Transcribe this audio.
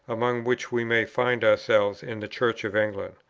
among which we may find ourselves in the church of england.